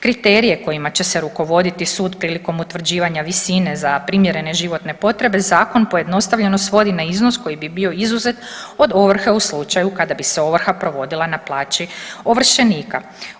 Kriterije kojima će se rukovoditi sud priliko utvrđivanja visine za primjerene životne potrebe zakon pojednostavljeno svodi na iznos koji bi bio izuzet od ovrhe u slučaju kada bi se ovrha provodila na plaći ovršenika.